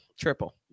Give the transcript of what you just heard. triple